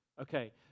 okay